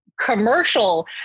commercial